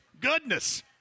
Goodness